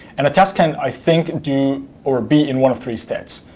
and a test can, i think do or be in one of three states.